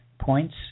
points